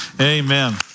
Amen